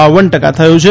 બાવન ટકા થયો છે